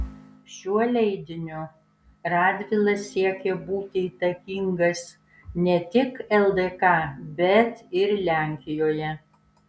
šiuo leidiniu radvila siekė būti įtakingas ne tik ldk bet ir lenkijoje